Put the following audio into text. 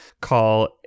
call